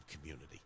community